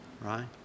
right